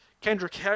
Kendrick